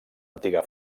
antiga